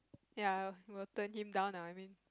ya I will turn him down lah I mean